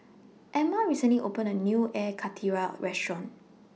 Emma recently opened A New Air Karthira Restaurant